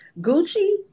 Gucci